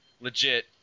legit